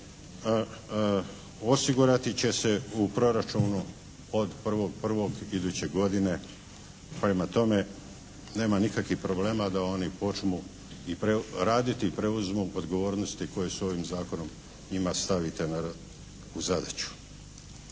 osigurati će se u proračunu od 1.1. iduće godine. Prema tome, nema nikakvih problema da oni počmu raditi i preuzmu odgovornosti koje su ovim zakonom njima stavite u zadaću.